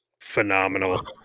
Phenomenal